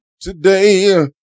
today